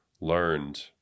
learned